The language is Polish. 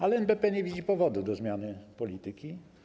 Ale NBP nie widzi powodu do zmiany polityki.